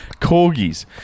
Corgis